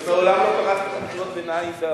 מעולם לא קראתי לך קריאות ביניים.